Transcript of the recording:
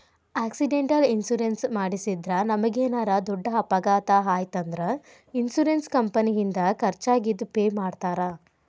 accidental insurance ಮಾಡಿಸಿದ್ರ ನಮಗೇನರ ದೊಡ್ಡ ಅಪಘಾತ ಆಯ್ತ್ ಅಂದ್ರ ಇನ್ಶೂರೆನ್ಸ್ ಕಂಪನಿಯಿಂದ ಖರ್ಚಾಗಿದ್ ಪೆ ಮಾಡ್ತಾರಾ